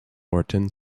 orton